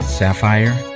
sapphire